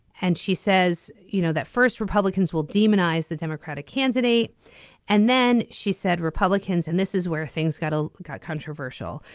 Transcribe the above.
and she says you know that first republicans will demonize the democratic candidate and then she said republicans and this is where things got to got controversial.